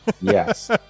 Yes